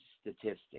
statistics